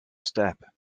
step